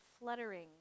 fluttering